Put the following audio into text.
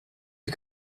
you